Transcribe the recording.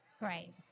Right